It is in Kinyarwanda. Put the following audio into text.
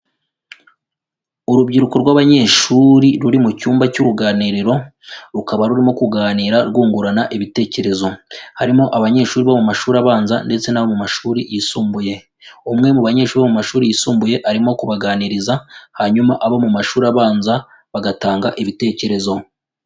Urubyiruko rw'abanyeshuri ruri mu cyumba cy'uruganiriro rukaba rurimo kuganira rwungurana ibitekerezo, harimo abanyeshuri bo mu mashuri abanza ndetse no mu mashuri yisumbuye, umwe mu banyeshuri bo mu mashuri yisumbuye arimo kubaganiriza hanyuma abo mu mashuri abanza bagatanga ibitekerezo.